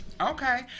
Okay